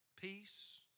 Peace